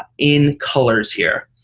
in colors here.